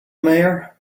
mayor